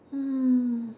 hmm